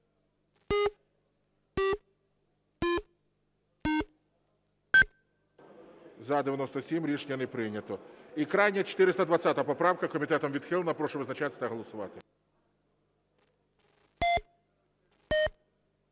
За-97 Рішення не прийнято. І крайня, 420 поправка. Комітетом відхилена. Прошу визначатись та голосувати.